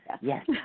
Yes